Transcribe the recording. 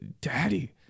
Daddy